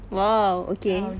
!wow! okay